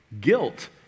Guilt